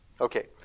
Okay